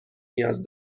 نیاز